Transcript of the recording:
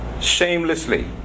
shamelessly